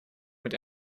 mit